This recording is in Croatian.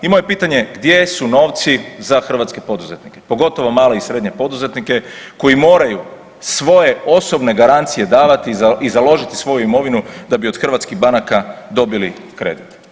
I moje pitanje je gdje su novci za hrvatske poduzetnike, pogotovo male i srednje poduzetnike koji moraju svoje osobne garancije davati i založiti svoju imovinu da bi od hrvatskih banaka dobili kredit.